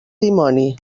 dimoni